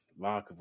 lockable